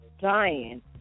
dying